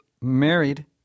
married